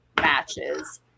matches